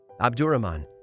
Abdurrahman